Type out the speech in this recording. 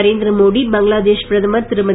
நரேந்திர மோடி பங்களாதேஷ் பிரதமர் திருமதி